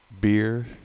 beer